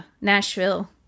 Nashville